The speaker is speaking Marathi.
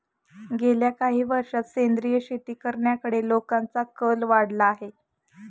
गेल्या काही वर्षांत सेंद्रिय शेती करण्याकडे लोकांचा कल वाढला आहे